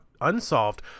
unsolved